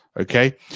Okay